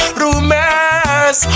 rumors